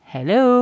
Hello